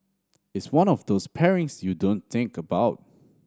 it's one of those pairings you don't think about